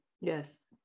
Yes